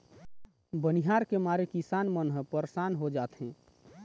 बनिहार के मारे किसान मन ह परसान हो जाथें